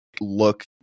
look